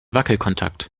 wackelkontakt